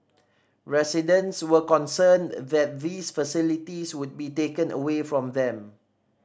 residents were concerned that these facilities would be taken away from them